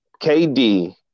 KD